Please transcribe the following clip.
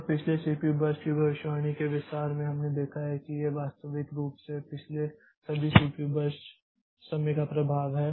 और पिछले CPU burst की भविष्यवाणी के विस्तार में हमने देखा है कि यह वास्तविक रूप से पिछले सभी सीपीयू बर्स्ट समय का प्रभाव है